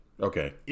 Okay